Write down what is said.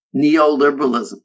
neoliberalism